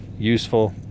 useful